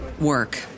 work